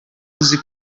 uzi